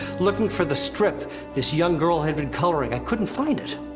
looking for the strip this young girl had been coloring. i couldn't find it.